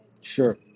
Sure